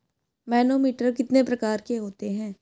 Manometer कितने प्रकार के होते हैं?